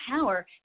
power